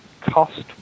cost